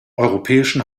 europäischen